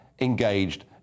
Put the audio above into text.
engaged